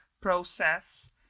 process